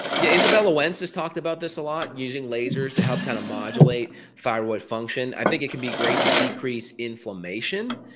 yeah isabella wentz is talking about this a lot using lasers to help kinda kind of modulate thyroid function. i think it can be great to decrease inflammation.